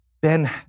Ben